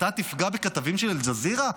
אתה תפגע בכתבים של אל-ג'זירה?